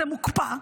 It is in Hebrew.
זה מוקפא,